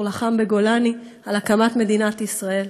ולחם בגולני על הקמת מדינת ישראל.